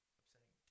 upsetting